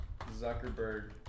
Zuckerberg